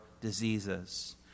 diseases